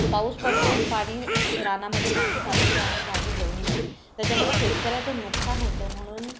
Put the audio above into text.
पाऊस पडतो पाणी रानामध्ये पाणी साचतं आणि भाजी जळून जाते त्याच्यामुळे शेतकऱ्याचं नुकसान होतं म्हणून